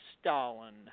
Stalin